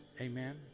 Amen